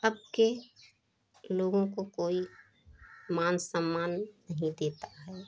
अब के लोगों को कोई मान सम्मान नहीं देता है